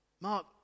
Mark